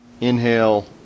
inhale